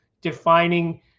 defining